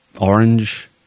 orange